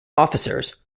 officers